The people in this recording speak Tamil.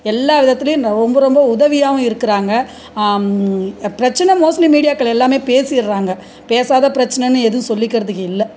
எல்லா விதத்துலேயும் ரொம்ப ரொம்ப உதவியாகவும் இருக்கிறாங்க பிரச்சின மோஸ்ட்லி மீடியாக்கள் எல்லாமே பேசிடுறாங்க பேசாத பிரச்சினன்னு எதுவும் சொல்லிக்கிறதுக்கு இல்லை